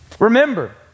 Remember